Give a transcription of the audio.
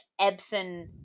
Ebsen